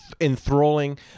enthralling